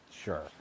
Sure